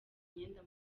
imyenda